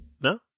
No